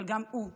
אבל גם הוא חשוב: